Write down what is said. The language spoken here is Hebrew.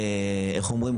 איך אומרים?